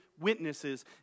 witnesses